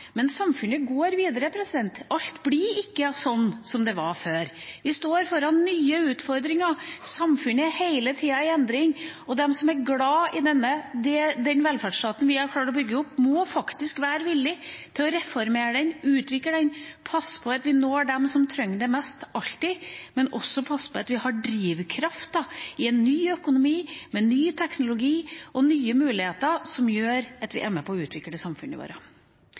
Men samfunnet går videre. Alt blir ikke sånn som det var før. Vi står foran nye utfordringer. Samfunnet er hele tida i endring. Og de som er glad i den velferdsstaten vi har klart å bygge opp, må faktisk være villig til å reformere den, utvikle den, passe på at vi når dem som trenger det mest, alltid, men også passe på at vi har drivkraften i en ny økonomi, med ny teknologi og nye muligheter, som gjør at vi er med på å utvikle samfunnet vårt.